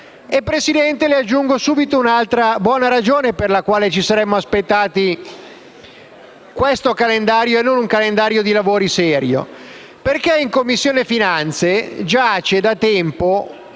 Presidente, aggiungo subito un'altra buona ragione per la quale ci saremmo aspettati questo calendario e non un calendario dei lavori serio. In Commissione finanze, infatti, giace da tempo